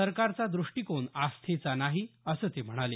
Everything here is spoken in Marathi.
सरकारचा द्रष्टिकोन आस्थेचा नाही असं ते म्हणाले